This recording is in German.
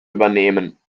übernehmen